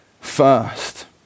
first